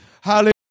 Hallelujah